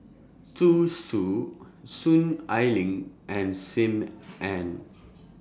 Zhu Xu Soon Ai Ling and SIM Ann